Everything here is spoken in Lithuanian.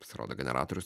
pasirodo generatorius